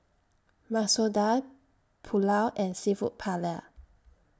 Masoor Dal Pulao and Seafood Paella